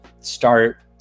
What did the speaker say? start